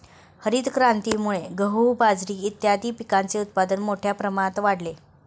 हरितक्रांतीमुळे गहू, बाजरी इत्यादीं पिकांचे उत्पादन मोठ्या प्रमाणात वाढले